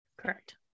Correct